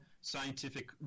scientific